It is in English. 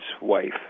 wife